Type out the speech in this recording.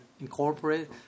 incorporate